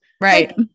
Right